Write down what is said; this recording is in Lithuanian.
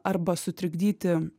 arba sutrikdyti